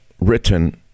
written